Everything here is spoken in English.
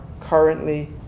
currently